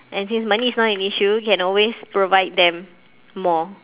and since money is not an issue you can always provide them more